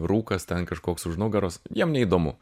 rūkas ten kažkoks už nugaros jiem neįdomu